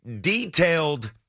detailed